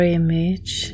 image